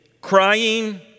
crying